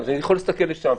אני יכול להסתכל לשם,